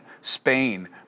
Spain